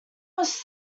was